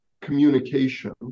communication